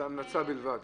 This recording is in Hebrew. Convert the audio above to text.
זו המלצה בלבד.